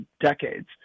decades